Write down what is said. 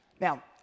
Now